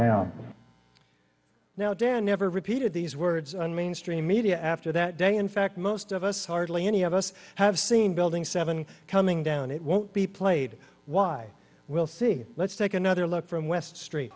dan never repeated these words on mainstream media after that day in fact most of us hardly any of us have seen building seven coming down it won't be played why we'll see let's take another look from west street